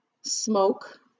smoke